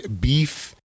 beef